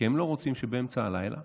כי הם לא רוצים שבאמצע הלילה